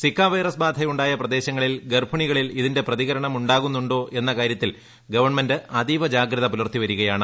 Zika virus കൃബാധ ഉണ്ടായ പ്രദേശങ്ങളിൽ ഗർഭിണികളിൽ ഇതിന്റെ പ്രതിക്രുണ്ടം ഉണ്ടാകുന്നുണ്ടോ എന്ന കാര്യത്തിൽ ഗവണ്മെന്റ് അതീവ ജാഗ്രത് ഷുലർത്തി വരികയാണ്